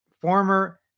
former